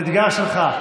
אתגר שלך.